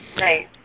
Right